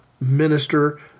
minister